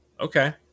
Okay